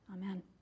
Amen